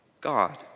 God